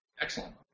Excellent